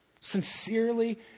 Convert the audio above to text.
sincerely